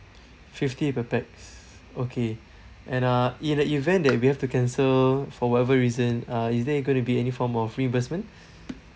fifty per pax okay and uh in the event that we have to cancel for whatever reason uh is there gonna be any form of reimbursement